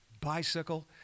bicycle